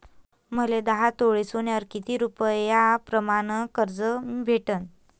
मले दहा तोळे सोन्यावर कितीक रुपया प्रमाण कर्ज भेटन?